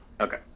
okay